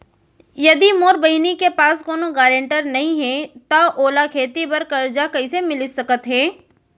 यदि मोर बहिनी के पास कोनो गरेंटेटर नई हे त ओला खेती बर कर्जा कईसे मिल सकत हे?